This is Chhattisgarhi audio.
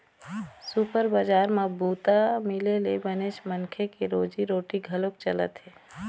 सुपर बजार म बूता मिले ले बनेच मनखे के रोजी रोटी घलोक चलत हे